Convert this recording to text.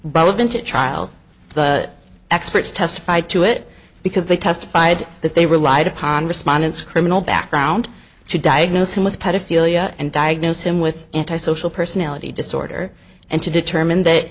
relevant at trial the experts testified to it because they testified that they relied upon respondents criminal background to diagnose him with pedophilia and diagnosed him with antisocial personality disorder and to